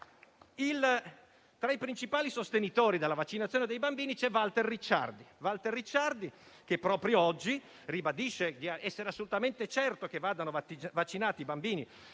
Tra i principali sostenitori della vaccinazione dei bambini c'è Walter Ricciardi, il quale proprio oggi ribadisce di essere assolutamente certo che vadano vaccinati i bambini